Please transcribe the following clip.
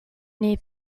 new